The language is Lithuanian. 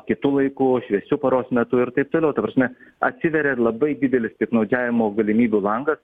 kitu laiku šviesiu paros metu ir taip toliau ta prasme atsiveria ir labai didelis piktnaudžiavimo galimybių langas